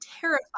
terrified